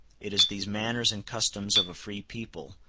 it is these manners and customs of a free people,